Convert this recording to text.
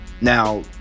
Now